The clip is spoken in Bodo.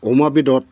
अमा बेदद